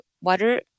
water